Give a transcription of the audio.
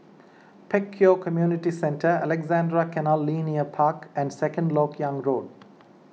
Pek Kio Community Centre Alexandra Canal Linear Park and Second Lok Yang Road